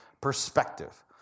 perspective